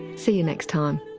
see you next time